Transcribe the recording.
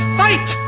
fight